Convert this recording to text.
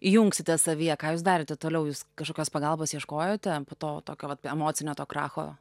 įjungsite savyje ką jūs darėte toliau jūs kažkokios pagalbos ieškojote po to tokio vat emocinio to kracho